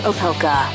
Opelka